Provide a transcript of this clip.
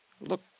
Look